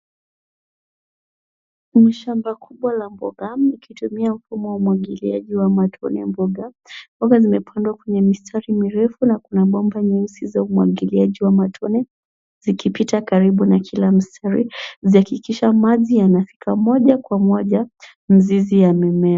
Mashamba kubwa la mboga, likitumia mfumo wa umwagiliaji wa matone mboga, mboga zimepandwa kwenye mistari mirefu na kuna bomba nyeusi za umwagiliaji wa matone, zikipita karibu na kila mstari, zikihakikishia maji yanafika moja kwa moja, mzizi ya mimea.